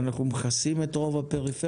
אנחנו מכסים את רוב הפריפריה?